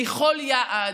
מכל יעד,